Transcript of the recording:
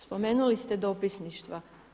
Spomenuli ste dopisništva.